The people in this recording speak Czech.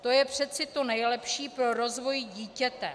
To je přece to nejlepší pro rozvoj dítěte.